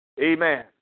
Amen